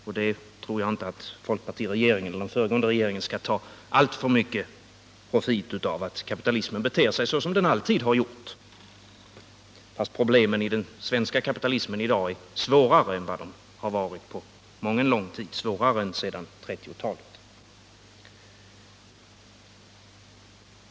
Jag tror inte folkpartiregeringen eller den föregående regeringen alltför mycket bör få förtjänsten av att kapitalismen beter sig som den alltid har gjort. Den svenska kapitalismens problem är emellertid i dag svårare än någonsin efter 1930-talet.